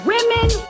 Women